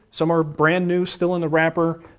some are brand new, still in the wrapper.